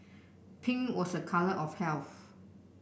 pink was a colour of health